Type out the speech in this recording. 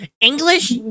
english